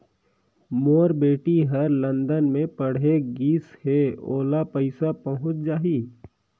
मोर बेटी हर लंदन मे पढ़े गिस हय, ओला पइसा पहुंच जाहि?